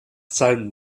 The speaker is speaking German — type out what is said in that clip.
seinem